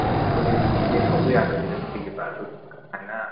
ꯎꯝ ꯑꯗꯨꯒꯤꯗꯨ ꯏꯁꯦ ꯈꯛꯎ ꯌꯥꯗꯕꯤꯗ ꯂꯩꯌꯦꯕ ꯑꯗꯨꯒꯤ ꯀꯃꯥꯏꯅ